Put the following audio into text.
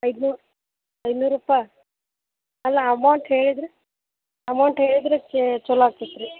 ಐದು ನೂರು ಐನೂರೂಪಾಯ್ ಅಲ್ಲ ಅಮೌಂಟ್ ಹೇಳಿದ್ರೆ ಅಮೌಂಟ್ ಹೇಳಿದ್ರೆ ಛಲೋ ಆಗ್ತೈತೆ ರೀ